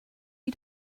you